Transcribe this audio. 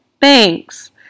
Thanks